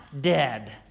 dead